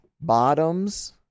bottoms